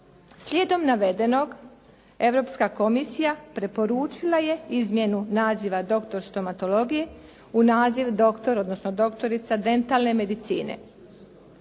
Sljedom navedenog Europska komisija preporučila je izmjenu naziva doktor stomatologije u naziv doktor odnosno doktorica dentalne medicine.